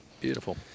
Beautiful